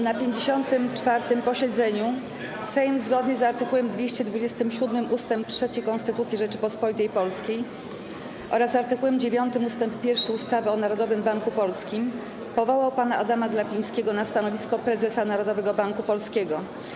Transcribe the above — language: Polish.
Na 54. posiedzeniu Sejm zgodnie z art. 227 ust. 3 Konstytucji Rzeczypospolitej Polskiej oraz art. 9 ust. 1 ustawy o Narodowym Banku Polskim powołał pana Adama Glapińskiego na stanowisko prezesa Narodowego Banku Polskiego.